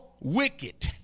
wicked